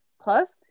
plus